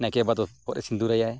ᱱᱟᱭᱠᱮ ᱵᱟᱵᱟ ᱫᱚ ᱵᱚᱦᱚᱜ ᱨᱮ ᱥᱤᱸᱫᱩᱨᱟᱭᱟ